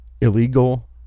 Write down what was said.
illegal